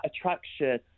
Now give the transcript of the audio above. attraction